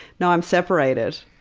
no, i'm separated,